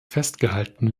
festgehalten